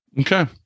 okay